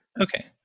Okay